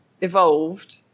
evolved